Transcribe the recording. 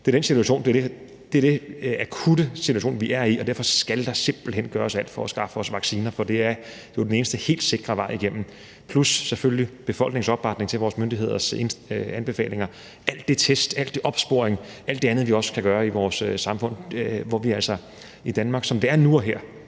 smitterekorder. Det er den akutte situation, som vi er i, og derfor skal der simpelt hen gøres alt for at skaffe os vacciner, for det er jo den eneste helt sikre vej igennem det, plus selvfølgelig befolkningens opbakning til vores myndigheders anbefalinger, alle de test, al den opsporing, alt det andet, vi også kan gøre i vores samfund, hvor vi altså i Danmark, som det er nu og her,